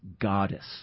goddess